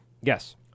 Yes